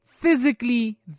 Physically